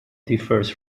differs